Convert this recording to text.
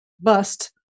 bust